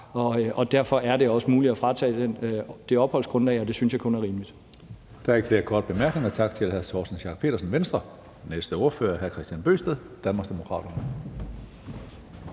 og derfor er det også muligt at fratage det opholdsgrundlag, og det synes jeg kun er rimeligt. Kl. 16:32 Tredje næstformand (Karsten Hønge): Der er ikke flere korte bemærkninger. Tak til hr. Torsten Schack Pedersen, Venstre. Næste ordfører er hr. Kristian Bøgsted, Danmarksdemokraterne.